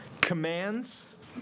commands